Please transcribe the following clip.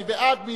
מי בעד?